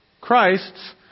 Christ's